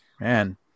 Man